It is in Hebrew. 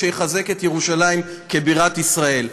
שיחזק את ירושלים כבירת ישראל,